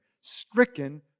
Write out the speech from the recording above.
stricken